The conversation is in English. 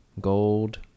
gold